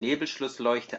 nebelschlussleuchte